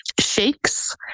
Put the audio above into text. shakes